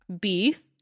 Beef